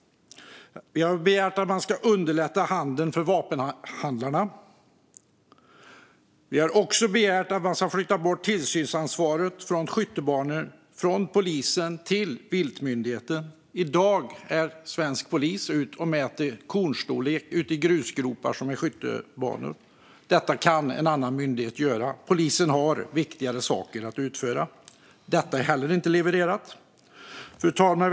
Vi har begärt att man ska underlätta handeln för vapenhandlarna. Vi har också begärt att man ska flytta tillsynsansvaret för skyttebanor från polisen till viltmyndigheten. I dag är svensk polis ute och mäter kornstorlek i grusgropar som är skyttebanor. Detta kan en annan myndighet göra. Polisen har viktigare saker att utföra. Detta är heller inte levererat. Fru talman!